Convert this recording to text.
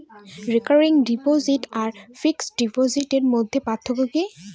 Recurring deposit আর fixed ডিপোজিটের মধ্যে পার্থক্য কি?